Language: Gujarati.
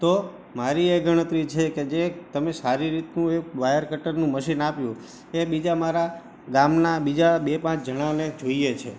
તો મારી એ ગણતરી છે કે જે તમે સારી રીતનું એક વાયર કટરનું મશીન આપ્યું એ બીજા મારાં ગામનાં બીજા બે પાચં જણાને જોઈએ છે